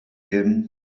him